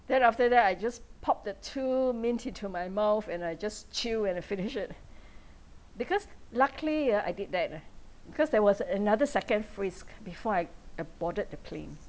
then after that I just pop the two mint into my mouth and I just chew and I finish it because luckily ah I did that eh because there was another second frisk before I aboarded the plane